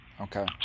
Okay